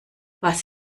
was